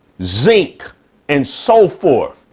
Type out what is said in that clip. zinc and so forth,